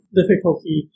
difficulty